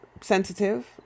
sensitive